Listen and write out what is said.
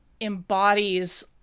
embodies